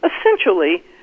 essentially